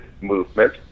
movement